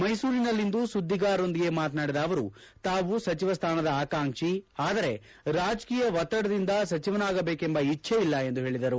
ಮೈಸೂರಿನಲ್ಲಿಂದು ಸುದ್ದಿಗಾರರೊಂದಿಗೆ ಮಾತನಾದಿದ ಅವರು ತಾವು ಸಚಿವ ಸ್ಥಾನದ ಆಕಾಂಕ್ಷಿ ಆದರೆ ರಾಜಕೀಯ ಒತ್ತಡದಿಂದ ಸಚಿವನಾಗಬೇಕೆಂಬ ಇಚ್ಟೆ ಇಲ್ಲ ಎಂದು ಹೇಳಿದರು